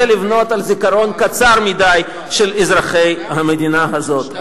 זה לבנות על זיכרון קצר מדי של אזרחי המדינה הזאת.